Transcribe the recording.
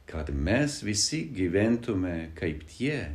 kad mes visi gyventume kaip tie